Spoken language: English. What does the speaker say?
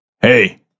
Hey